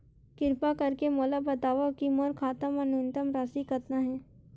किरपा करके मोला बतावव कि मोर खाता मा न्यूनतम राशि कतना हे